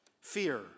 Fear